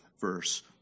verse